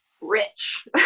rich